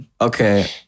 Okay